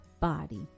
body